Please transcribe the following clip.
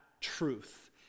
truth